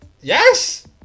Yes